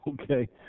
okay